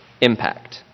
impact